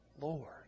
Lord